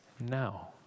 now